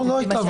סליחה,